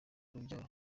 urubyaro